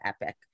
epic